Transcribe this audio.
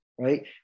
right